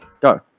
Go